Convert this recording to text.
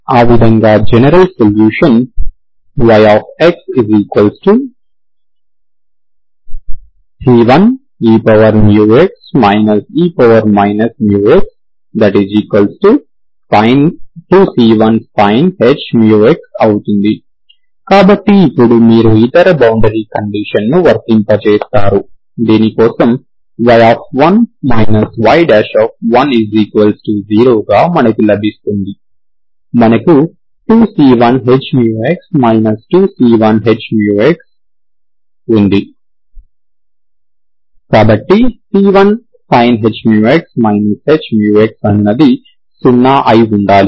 ఆ విధంగా general solution yxc1eμx e μx2c1sin hμx అవుతుంది కాబట్టి ఇప్పుడు మీరు ఇతర బౌండరీ కండీషన్ ని వర్తింపజేస్తారు దీని కోసం y1 y10 గా మనకు లభిస్తుంది మనకు 2c1sin hμx 2c1hμx ఉంది కాబట్టి c1sinh μx hμx అనునది 0 అయి ఉండాలి